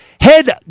head